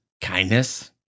kindness